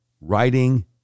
writing